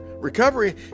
Recovery